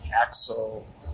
Axel